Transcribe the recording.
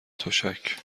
تشک